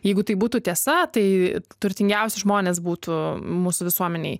jeigu tai būtų tiesa tai turtingiausi žmonės būtų mūsų visuomenėj